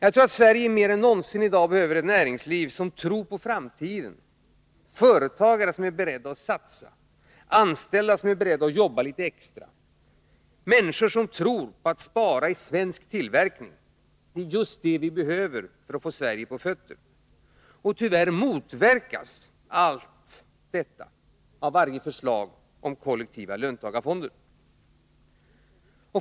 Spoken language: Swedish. Sverige behöver i dag mer än någonsin ett näringsliv som tror på framtiden, företagare som är beredda att satsa, anställda som är beredda att jobba litet extra, människor som tror på sparande i svensk tillverkning. Det är just detta vi behöver för att få Sverige på fötter. Tyvärr motverkas allt detta av varje förslag om kollektiva löntagarfonder.